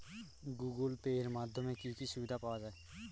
Google Pay এর মাধ্যমে কি কি সুবিধা পাওয়া যায়?